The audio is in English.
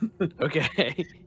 okay